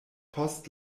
post